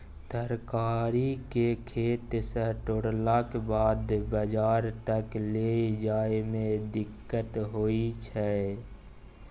तरकारी केँ खेत सँ तोड़लाक बाद बजार तक लए जाए में दिक्कत होइ छै